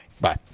bye